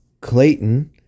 Clayton